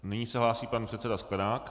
Nyní se hlásí pan předseda Sklenák.